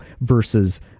versus